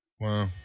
Wow